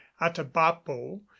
atabapo